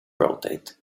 rotate